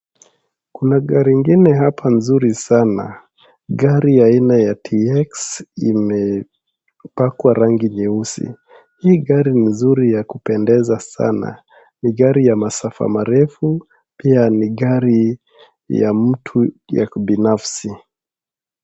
Kuna gari ingine hapa nzuri sana, gari aina ya Tx , imepakwa rangi nyeusi. Hii gari ni nzuri na kupendeza sana. Ni gari ya masafa marefu, pia ni gari ya mtu, ya kibinafsi.